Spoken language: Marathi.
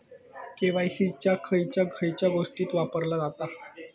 के.वाय.सी खयच्या खयच्या गोष्टीत वापरला जाता?